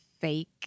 fake